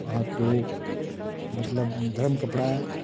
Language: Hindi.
आपको मतलब गर्म कपड़ा